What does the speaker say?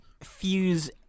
fuse